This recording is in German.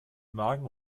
magen